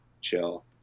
chill